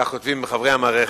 כך כותבים חברי המערכת,